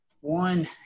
one